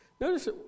Notice